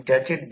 8 leading असेल